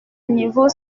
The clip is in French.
niveau